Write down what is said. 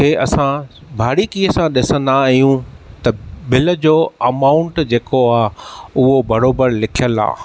खे असां बारिक़ीअ सां ॾिसंदा आहियूं त बिल जो अमाउंट जेको आ उहो बरोबर लिखियल आहे